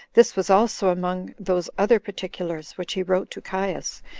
this was also among those other particulars which he wrote to caius,